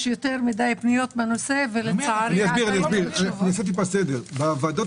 יש הרבה פניות בנושא ולצערי --- נעשה סדר: בוועדות